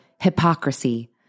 hypocrisy